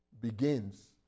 begins